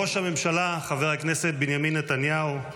ראש הממשלה חבר הכנסת בנימין נתניהו,